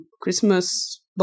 Christmas